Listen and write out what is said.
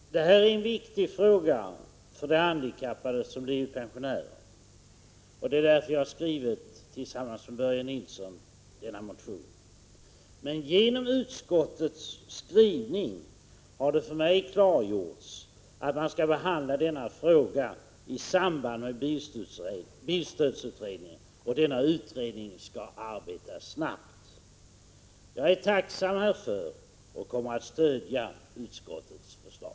Herr talman! Det här är en viktig fråga för handikappade som blir pensionärer. Det är därför som jag tillsammans med Börje Nilsson skrivit en motion. Genom utskottets skrivning har det för mig klargjorts att denna fråga skall behandlas i bilstödsutredningen. Utredningen skall arbeta snabbt. Jag är tacksam härför och kommer att stödja utskottets förslag.